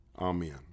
Amen